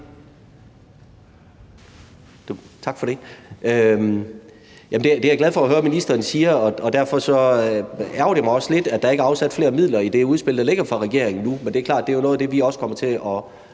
Tak for det. Det er jeg glad for at høre ministeren sige, og derfor ærgrer det mig også lidt, at der ikke er afsat flere midler i det udspil, der ligger fra regeringens side nu, men det er klart, at det er noget af det, vi også kommer til at